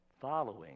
following